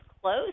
close